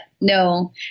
No